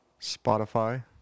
Spotify